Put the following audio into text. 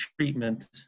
treatment